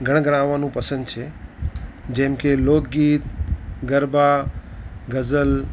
ગણગણાવવાનું પસંદ છે જેમ કે લોકગીત ગરબા ગઝલ